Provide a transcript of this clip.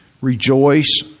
rejoice